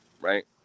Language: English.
Right